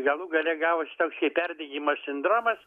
galų gale gavosi toks kaip perdegimo sindromas